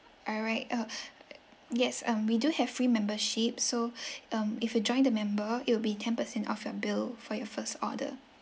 alright oh yes um we do have free membership so um if you join the member it'll be ten percent off your bill for your first order